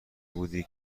بودی